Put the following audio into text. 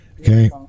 Okay